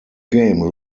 game